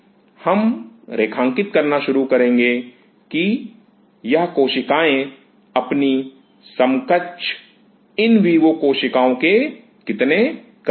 हम रेखांकित करना शुरू करेंगे कि यह कोशिकाएं अपनी समकक्ष इन विवो कोशिकाओं के कितने करीब हैं